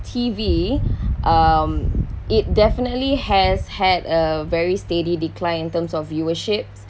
T_V um it definitely has had a very steady decline in terms of viewership